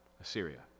Assyria